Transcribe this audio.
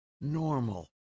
normal